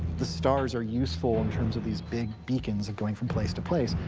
the stars are useful in terms of these big beacons and going from place to place,